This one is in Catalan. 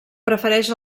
prefereix